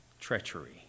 treachery